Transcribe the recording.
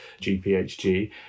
GPHG